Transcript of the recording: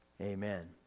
Amen